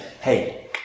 Hey